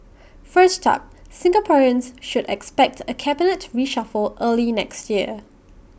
first up Singaporeans should expect A cabinet reshuffle early next year